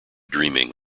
dreaming